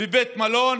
בבית מלון,